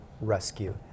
rescue